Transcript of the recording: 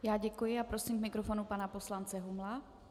Já děkuji a prosím k mikrofonu pana poslance Humla.